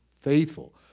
faithful